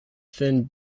thin